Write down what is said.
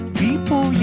people